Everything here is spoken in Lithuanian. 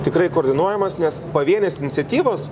tikrai koordinuojamas nes pavienės iniciatyvos